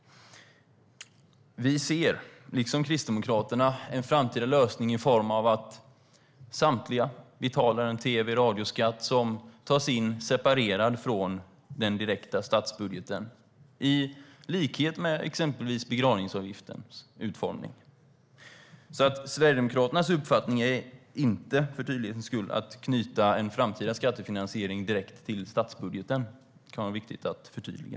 Sverigedemokraternas uppfattning är, för tydlighetens skull, inte att knyta en framtida skattefinansiering direkt till statsbudgeten. Det kan vara viktigt att förtydliga.